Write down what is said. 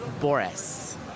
Boris